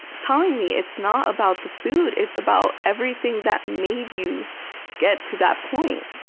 telling me, it's not about the food. it's about everything that made you get to that point.